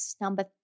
number